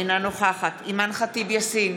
אינה נוכחת אימאן ח'טיב יאסין,